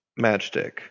Matchstick